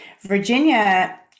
Virginia